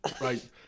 right